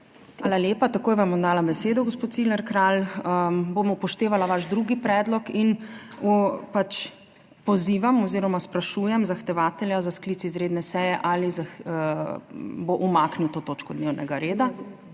Hvala lepa. Takoj vam bom dala besedo, gospod Cigler Kralj. Bom upoštevala vaš drugi predlog in pač pozivam oziroma sprašujem zahtevatelja za sklic izredne seje ali bo umaknil to točko dnevnega reda?